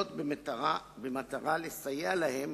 במטרה לסייע להם